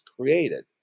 created